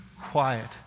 quiet